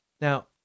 now